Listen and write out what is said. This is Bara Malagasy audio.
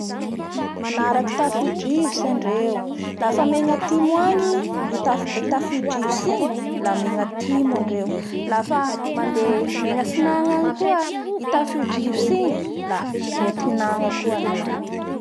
Manaraky tafiondrivotsy andreo lafa megna atimo agny i ta-tafiondrivotsy igny la megna atimo andreo lafa mande megna atsinagna any koa i tafiodrivotsy igny la mietinagna koa andreo.